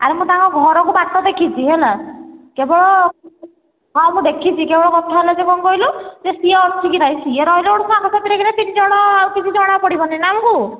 ଆରେ ମୁଁ ତାଙ୍କ ଘରକୁ ବାଟ ଦେଖିଛି ହେଲା କେବଳ ହଁ ମୁଁ ଦେଖିଛି କେବଳ କଥା ହେଲା ଯେ କ'ଣ କହିଲୁ ଯେ ସେ ଅଛି କି ନାହିଁ ସିଏ ରହିଲେ ଗୋଟେ ସାଙ୍ଗ ସାଥିରେ ତିନି ଜଣ ଆଉ କିଛି ଜଣା ପଡ଼ିବନି ନା ଆମକୁ